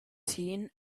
seen